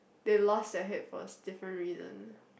they lost their head for a s~ different reason